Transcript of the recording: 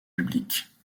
publiques